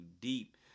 deep